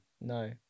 No